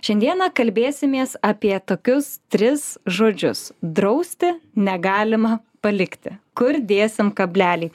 šiandieną kalbėsimės apie tokius tris žodžius drausti negalima palikti kur dėsim kablelį